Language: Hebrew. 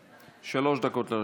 שלוש דקות לרשותך.